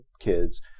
kids